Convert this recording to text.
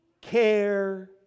care